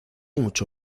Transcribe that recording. mucho